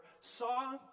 saw